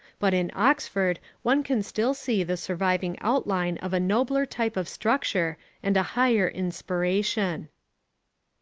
but in oxford one can still see the surviving outline of a nobler type of structure and a higher inspiration.